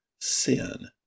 sin